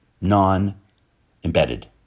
Non-embedded